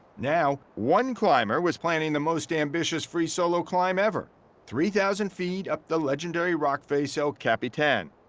now, one climber was planning the most ambitious free solo climb ever three thousand feet up the legendary rock face, el capitan,